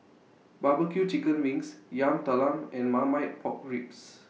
Barbecue Chicken Wings Yam Talam and Marmite Pork Ribs